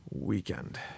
weekend